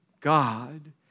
God